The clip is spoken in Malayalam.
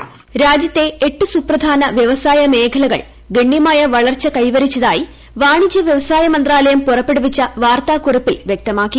വോയ്സ് രാജ്യത്തെ എട്ട് സുപ്രധാന വ്യവസായ മേഖലകൾ ഗണ്യമായ വളർച്ച കൈവരിച്ചതായി വാണിജ്യ വ്യവസായ മന്ത്രാലയം പുറപ്പെടുവിച്ച വാർത്താകുറിപ്പിൽ വ്യക്തമാക്കി